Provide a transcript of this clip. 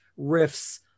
riffs